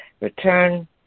return